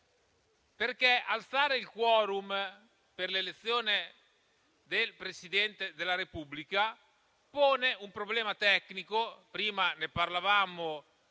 Alzare il *quorum* per l'elezione del Presidente della Repubblica pone un problema tecnico. Ne abbiamo